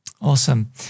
Awesome